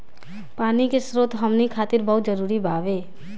पानी के स्रोत हमनी खातीर बहुत जरूरी बावे